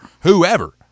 whoever